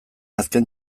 azken